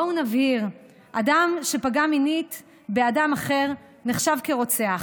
בואו נבהיר: אדם שפגע מינית באדם אחר נחשב כרוצח.